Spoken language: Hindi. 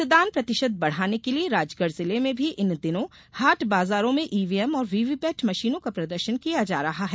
मतदान प्रतिशत बढ़ाने के लिए राजगढ़ जिले में भी इन दिनों हाट बाजारों में ईवीएम और वीवीपेट मशीनों का प्रदर्शन किया जा रहा है